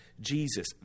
Jesus